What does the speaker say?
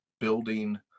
building